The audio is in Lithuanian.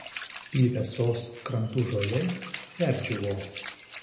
pyvesos krantų žolė perdžiūvo